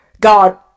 God